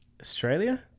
Australia